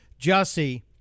Jussie